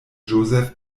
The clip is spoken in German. josef